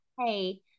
Hey